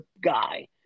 guy